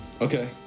Okay